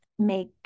make